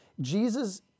Jesus